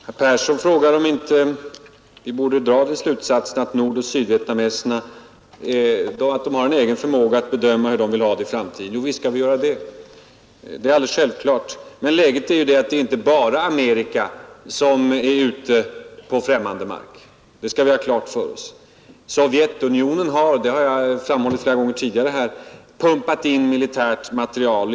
Herr talman! Herr Persson i Stockholm frågar om inte vi borde dra den slutsatsen att nordoch sydvietnameserna har en egen förmåga att bedöma hur de skall ha det i framtiden. Jo, visst skall vi göra det. Det är alldeles självklart. Men läget är att inte bara Amerika är ute på främmande mark. Det skall vi ha klart för oss. Sovjetunionen har — som jag framhållit flera gånger tidigare här — pumpat in militärt materiel.